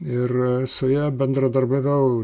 ir su ja bendradarbiavau